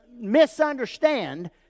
misunderstand